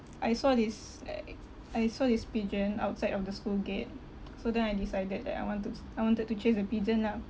I saw this like I saw this pigeon outside of the school gate so then I decided that I want to I wanted to chase the pigeon lah